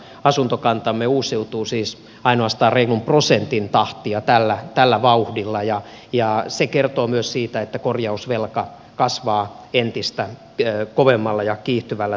asuntokantamme uusiutuu siis ainoastaan reilun prosentin tahtia tällä vauhdilla ja se kertoo myös siitä että korjausvelka kasvaa entistä kovemmalla ja kiihtyvällä tahdilla